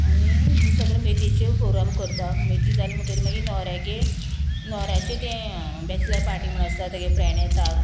आनी ही सगळ्यो मेथीच्यो प्रोग्राम करता मेथी जाली म्हणटगीर मागीर न्होवऱ्याके न्होवऱ्याचें तें बॅचलर पार्टी म्हण आसता तेगे फ्रेंड येता